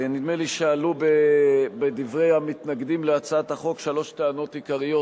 נדמה לי שעלו בדברי המתנגדים להצעת החוק שלוש טענות עיקריות,